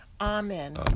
Amen